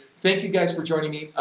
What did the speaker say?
thank you guys for joining me!